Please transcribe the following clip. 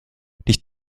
dich